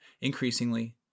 Increasingly